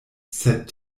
sed